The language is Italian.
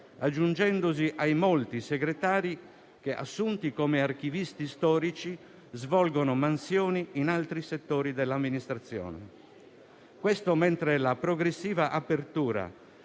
aggiungendosi ai molti segretari che, assunti come archivisti storici, svolgono mansioni in altri settori dell'amministrazione. Questo mentre la progressiva apertura